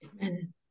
Amen